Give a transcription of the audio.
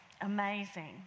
Amazing